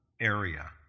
area